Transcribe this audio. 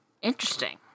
Interesting